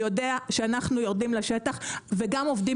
יודע שאנחנו יורדים לשטח וגם עובדים